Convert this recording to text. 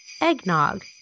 eggnog